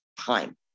time